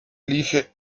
elige